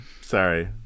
sorry